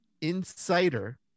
insider